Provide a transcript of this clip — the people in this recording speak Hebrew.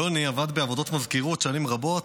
יוני עבד בעבודות מזכירות שנים רבות,